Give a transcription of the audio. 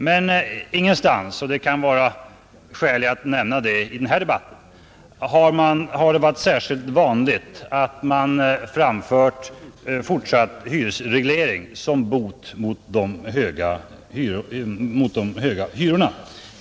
Men det kan vara skäl att nämna i denna debatt att det ingenstans har varit särskilt vanligt att man rekommenderat fortsatt hyresreglering som bot mot de höga hyrorna.